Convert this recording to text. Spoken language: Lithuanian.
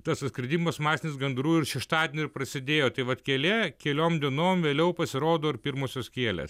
tas atskridimas masinis gandrų ir šeštadienį ir prasidėjo tai vat kielė keliom dienom vėliau pasirodo ir pirmosios kielės